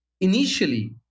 initially